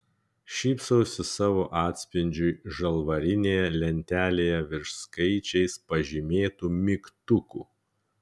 šypsausi savo atspindžiui žalvarinėje lentelėje virš skaičiais pažymėtų mygtukų